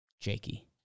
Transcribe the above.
Jakey